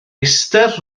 eistedd